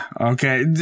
okay